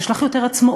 יש לך יותר עצמאות,